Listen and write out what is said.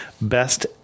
Best